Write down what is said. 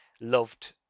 loved